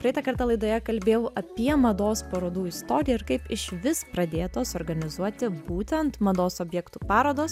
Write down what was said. praeitą kartą laidoje kalbėjau apie mados parodų istoriją ir kaip išvis pradėtos organizuoti būtent mados objektų parodos